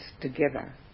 together